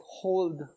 hold